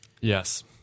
Yes